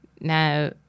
Now